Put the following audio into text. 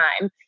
time